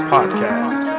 Podcast